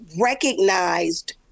recognized